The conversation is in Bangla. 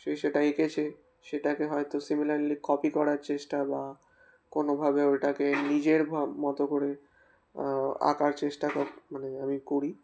সেই সেটা এঁকেছে সেটাকে হয়তো সিমিলারলি কপি করার চেষ্টা বা কোনোভাবে ওইটাকে নিজের ভাব মতো করে আঁকার চেষ্টা মানে আমি করি